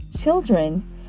children